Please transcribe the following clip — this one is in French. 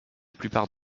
plupart